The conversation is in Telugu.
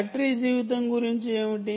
బ్యాటరీ జీవితం గురించి ఏమిటి